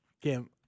Kim